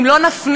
אם לא נפנים,